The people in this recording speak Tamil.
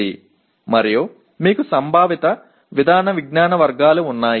உங்களிடம் கருத்துரு நடைமுறை அறிவு வகைகள் உள்ளன